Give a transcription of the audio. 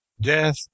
Death